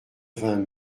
vingt